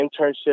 internship